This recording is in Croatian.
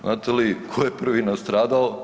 Znate li tko je prvi nastradao?